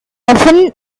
often